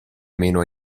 meno